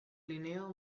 linneo